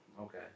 Okay